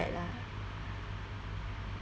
bad lah